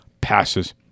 passes